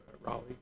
Raleigh